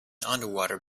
underwater